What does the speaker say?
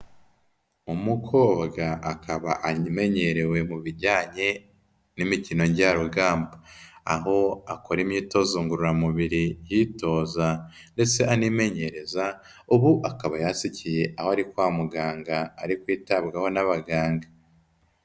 Umukobwa akaba menyerewe mu bijyanye n'imikino njyarugamba, aho akora imyitozo ngororamubiri yitoza ndetse animenyereza, ubu akaba yatsikiye aho ari kwa muganga ari kwitabwaho n'abaganga.